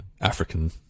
African